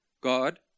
God